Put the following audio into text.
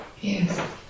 Yes